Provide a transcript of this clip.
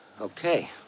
Okay